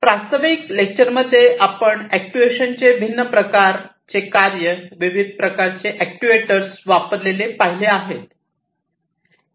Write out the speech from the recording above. प्रास्ताविक लेक्चर मध्ये आपण अॅक्ट्यूएशनचे भिन्न प्रकारचे कार्य विविध प्रकारचे अॅक्ट्युएटर वापरलेले आपण पाहिले आहेत